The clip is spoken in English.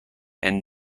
and